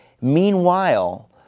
Meanwhile